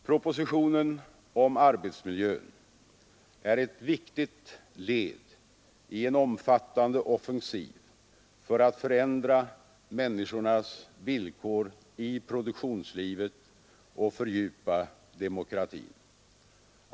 Propositionen om arbetsmiljön är ett viktigt led i en omfattande offensiv för att förändra människornas villkor i produktionslivet och fördjupa demokratin.